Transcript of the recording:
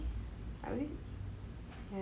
I mean